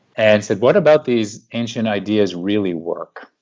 and said, what about these ancient ideas really work?